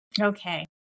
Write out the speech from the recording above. Okay